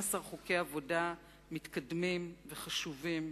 12 חוקי עבודה מתקדמים וחשובים,